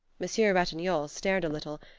monsieur ratignolle stared a little,